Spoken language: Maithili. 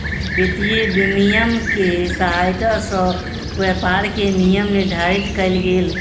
वित्तीय विनियम के सहायता सॅ व्यापार के नियम निर्धारित कयल गेल